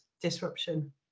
disruption